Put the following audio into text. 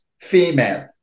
female